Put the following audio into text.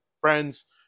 friends